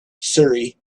surrey